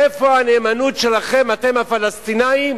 איפה הנאמנות שלכם, אתם הפלסטינים?